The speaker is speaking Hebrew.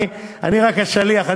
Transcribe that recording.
אני רק השליח.